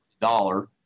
dollar